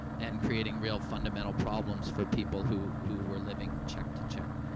and creating real, fundamental problems for people who who were living check to check.